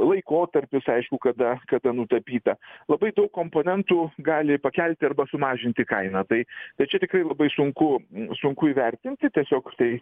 laikotarpis aišku kada kada nutapyta labai daug komponentų gali pakelti arba sumažinti kainą tai tai čia tikrai labai sunku sunku įvertinti tiesiog tai